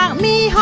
me,